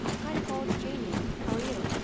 hi, nicole. it's jamie. how are you?